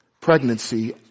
pregnancy